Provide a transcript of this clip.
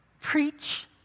preach